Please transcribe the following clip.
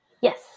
yes